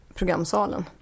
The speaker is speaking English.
programsalen